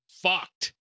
fucked